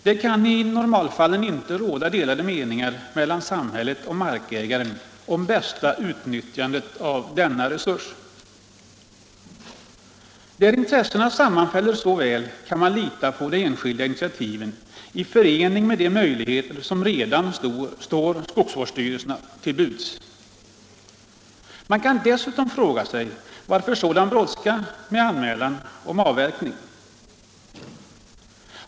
Det kan i normalfallen inte råda delade meningar mellan samhället och markägare om bästa utnyttjandet av denna resurs. Där intressena sammanfaller så väl kan man lita på de enskilda initiativen i förening med de möjligheter som redan står skogsvårdsstyrelserna till buds. Man kan dessutom fråga sig: Varför sådan brådska med anmälan om avverkning?